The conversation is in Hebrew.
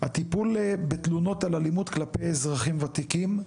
הטיפול בתלונות על אלימות כלפי אזרחים ותיקים,